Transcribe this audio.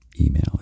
email